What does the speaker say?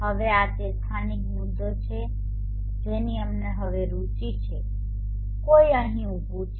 હવે આ તે સ્થાનિક મુદ્દો છે જેની અમને હવે રુચિ છે કોઈ અહીં ઉભું છે